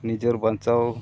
ᱱᱤᱡᱮᱨ ᱵᱟᱧᱪᱟᱣ